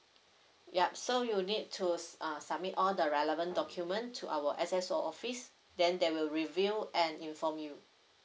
yup so you'll need to uh submit all the relevant document to our S_S_O office then they will review and inform you